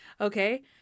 Okay